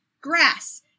Grass